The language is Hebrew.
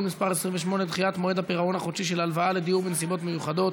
מס' 28) (דחיית מועד הפירעון של הלוואה לדיור בנסיבות מיוחדות),